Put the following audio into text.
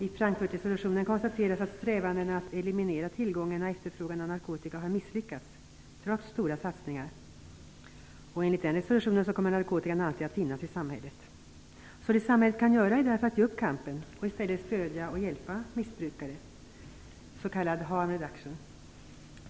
I Frankfurtresolutionen konstateras att strävandena att eliminera tillgången och efterfrågan på narkotika har misslyckats trots stora satsningar. Enligt resolutionen kommer narkotikan alltid att finnas i samhället. Det samhället kan göra är därför att ge upp kampen och i stället stödja och hjälpa missbrukare, s.k. "harm reduction".